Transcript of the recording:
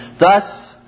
Thus